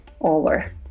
over